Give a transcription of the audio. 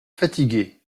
fatigué